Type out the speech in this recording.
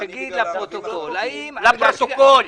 שתגיד לפרוטוקול האם --- לפרוטוקול.